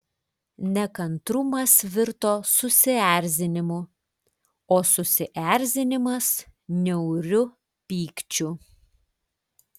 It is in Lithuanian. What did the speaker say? nekantrumas virto susierzinimu o susierzinimas niauriu pykčiu